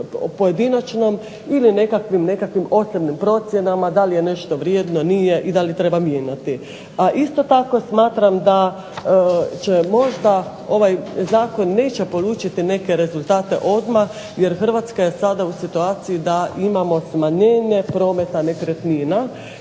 pojedinačnom ili nekakvim osobnim procjenama da li je nešto vrijedno, nije i da li treba mijenjati. A isto tako smatram da će možda ovaj zakon neće polučiti neke rezultate odmah jer Hrvatska je sada u situaciji da imamo smanjenje prometa nekretnina